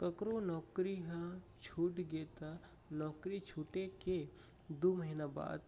ककरो नउकरी ह छूट गे त नउकरी छूटे के दू महिना बाद